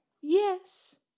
Yes